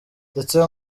ndetse